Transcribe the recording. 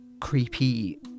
creepy